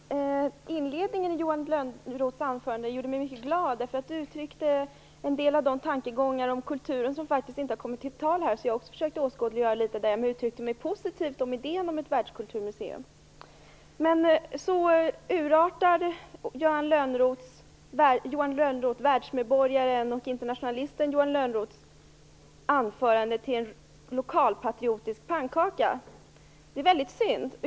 Fru talman! Inledningen av Johan Lönnroths anförande gjorde mig mycket glad. Han uttryckte där en del tankegångar om kulturen som tidigare inte har kommit fram men som även jag något försökte åskådliggöra när jag uttalade mig positivt om idén om ett världskulturmuseum. Men sedan urartade anförandet från världsmedborgaren och internationalisten Johan Lönnroth till en lokalpatriotisk pannkaka. Det är väldigt synd.